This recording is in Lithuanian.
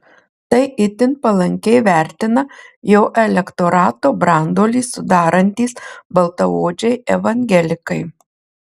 tai itin palankiai vertina jo elektorato branduolį sudarantys baltaodžiai evangelikai